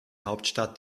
hauptstadt